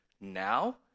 now